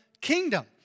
kingdom